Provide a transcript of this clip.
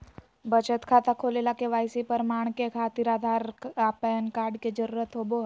बचत खाता खोले ला के.वाइ.सी प्रमाण के खातिर आधार आ पैन कार्ड के जरुरत होबो हइ